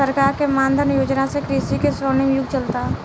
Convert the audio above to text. सरकार के मान धन योजना से कृषि के स्वर्णिम युग चलता